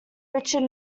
richard